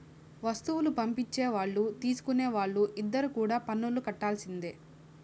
వస్తువులు పంపించే వాళ్ళు తీసుకునే వాళ్ళు ఇద్దరు కూడా పన్నులు కట్టాల్సిందే